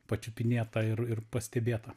pačiupinėta ir ir pastebėta